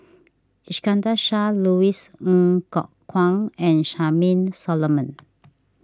Iskandar Shah Louis Ng Kok Kwang and Charmaine Solomon